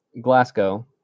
Glasgow